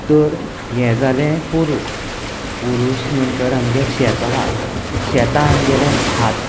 तोर हें जालें पोरूस पोरूस नंतर आमगे शेत आहा शेतां आमगेलें भात